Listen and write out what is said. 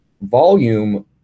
volume